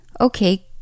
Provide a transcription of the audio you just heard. okay